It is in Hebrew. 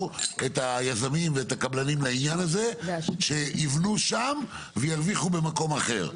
את היזמים ואת הקבלנים לעניין הזה שיבנו שם וירוויחו במקום אחר.